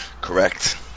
correct